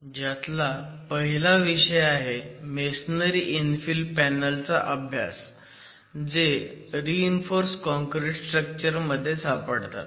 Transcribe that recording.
आणि त्यातला पहिला विषय आहे मेसोनरी इन्फिल पॅनलचा अभ्यास जे रीइन्फोर्स काँक्रिट स्ट्रक्चर मध्ये सापडतात